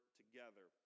together